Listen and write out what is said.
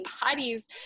bodies